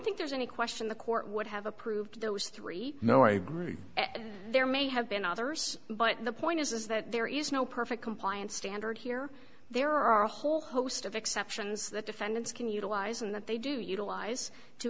think there's any question the court would have approved those three no i agree there may have been others but the point is that there is no perfect compliance standard here there are a whole host of exceptions that defendants can utilize and that they do utilize t